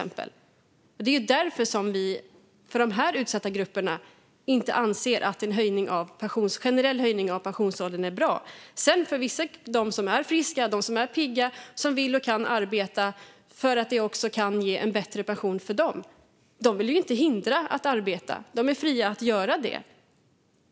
Det är därför som vi för dessa utsatta grupper inte anser att en generell höjning av pensionsåldern är bra. Men vi vill inte hindra de som är friska och pigga, som vill och kan arbeta, att arbeta så att de kan få en bättre pension. De är fria att arbeta.